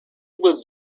was